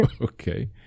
Okay